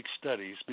studies